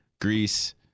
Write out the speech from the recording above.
Greece